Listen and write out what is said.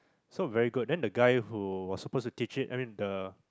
so very good then the guy who was supposed to teach it I mean the